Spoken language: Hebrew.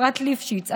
אפרת ליפשיץ,